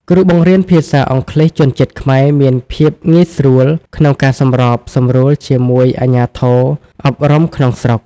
គ្រូបង្រៀនភាសាអង់គ្លេសជនជាតិខ្មែរមានភាពងាយស្រួលក្នុងការសម្របសម្រួលជាមួយអាជ្ញាធរអប់រំក្នុងស្រុក។